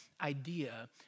idea